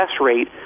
rate